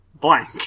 blank